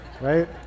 Right